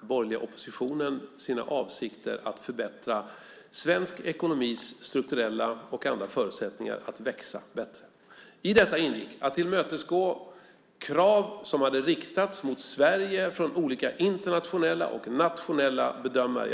borgerliga oppositionen sina avsikter att förbättra svensk ekonomis strukturella, och andra, förutsättningar att växa. I detta ingick att tillmötesgå krav som hade riktats mot Sverige från olika internationella och nationella bedömare.